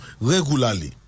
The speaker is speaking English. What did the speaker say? regularly